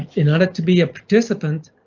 in order to be a participant,